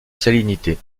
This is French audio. salinité